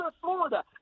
Florida